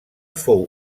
fou